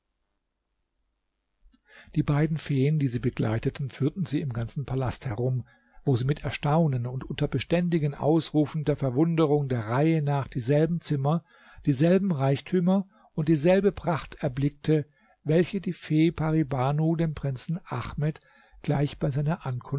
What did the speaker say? die beiden feen die sie begleiteten führten sie im ganzen palast herum wo sie mit erstaunen und unter beständigen ausrufen der verwunderung der reihe nach dieselben zimmer dieselben reichtümer und dieselbe pracht erblickte welche die fee pari banu dem prinzen ahmed gleich bei seiner